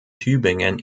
tübingen